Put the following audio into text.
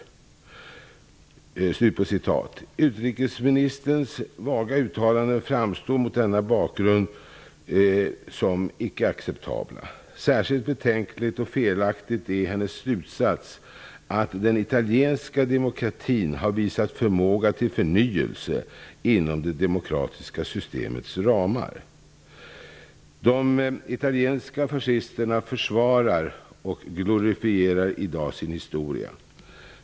Utrikesministerns vaga uttalanden framstår mot denna bakgrund som icke acceptabla. Särskilt betänkligt och felaktigt är hennes slutsats att den italienska demokratin har visat förmåga till förnyelse inom det demokratiska systemets ramar. De italienska fascisterna försvarar och glorifierar i dag sin historia.